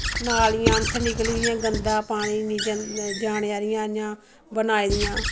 नालिआं इत्थैं निकली दिआं गंदा पानी निं जाने आह्लियां इ'यां बनाई दिआं